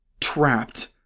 trapped